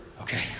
okay